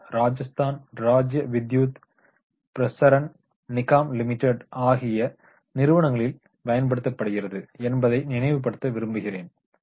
L Rajasthan Rajya Vidyut Prasaran Nigam limited ஆகிய நிறுவனங்களில் பயன்படுத்தப்படுகிறது என்பதை நினைவுபடுத்த விரும்புகிறேன்